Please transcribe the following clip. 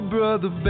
Brother